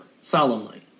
solemnly